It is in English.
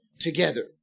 together